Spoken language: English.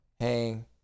hang